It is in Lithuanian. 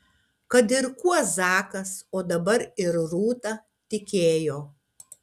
kad ir kuo zakas o dabar ir rūta tikėjo